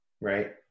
right